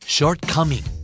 Shortcoming